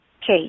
case